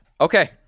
okay